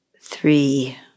three